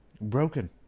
broken